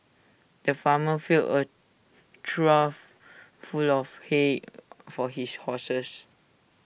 the farmer filled A trough full of hay for his horses